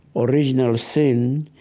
original sin